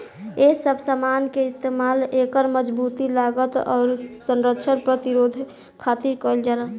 ए सब समान के इस्तमाल एकर मजबूती, लागत, आउर संरक्षण प्रतिरोध खातिर कईल जाला